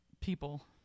people